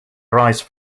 arise